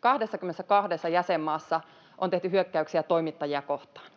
22 jäsenmaassa on tehty hyökkäyksiä toimittajia kohtaan.